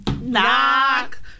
knock